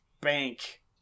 bank